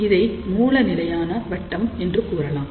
இதை மூல நிலையான வட்டம் என்றும் கூறலாம்